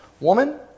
Woman